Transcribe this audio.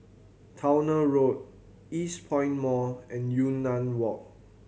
Towner Road Eastpoint Mall and Yunnan Walk